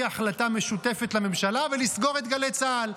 החלטה משותפת לממשלה ולסגור את גלי צה"ל.